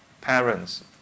parents